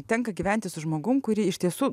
tenka gyventi su žmogum kurį iš tiesų